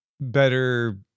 better